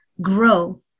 grow